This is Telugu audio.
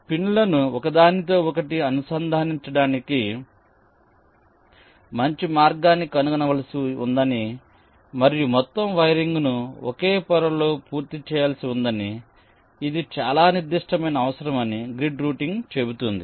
పిన్లను ఒకదానితో ఒకటి అనుసంధానించడానికి మంచి మార్గాన్ని కనుగొనవలసి ఉందని మరియు మొత్తం వైరింగ్ను ఒకే పొరలో పూర్తి చేయాల్సి ఉందని ఇది చాలా నిర్దిష్టమైన అవసరం అని గ్రిడ్ రూటింగ్ చెబుతుంది